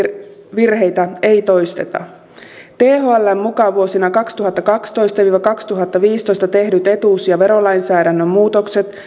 virheitä ei toisteta thln mukaan vuosina kaksituhattakaksitoista viiva kaksituhattaviisitoista tehdyt etuus ja verolainsäädännön muutokset